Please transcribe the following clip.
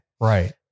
Right